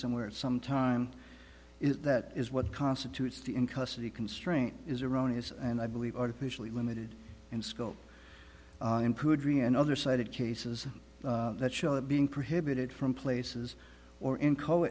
somewhere at some time is that is what constitutes the in custody constraint is erroneous and i believe artificially limited in scope and other cited cases that show it being prohibited from places or in co